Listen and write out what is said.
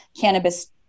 cannabis